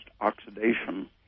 oxidation